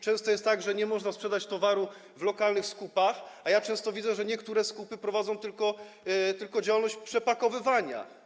Często jest tak, że nie można sprzedać towaru w lokalnych skupach, a nierzadko, jak widzę, niektóre skupy prowadzą tylko działalność przepakowywania.